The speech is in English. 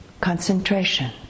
concentration